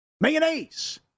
Mayonnaise